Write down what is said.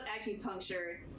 acupuncture